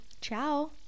ciao